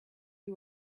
who